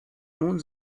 nun